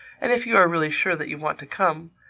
and if you are really sure that you want to come,